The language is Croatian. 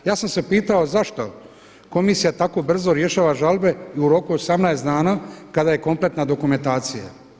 Ja sam se pitao zašto komisija tako brzo rješava žalbe i u roku od 18 dana kada je kompletna dokumentacija.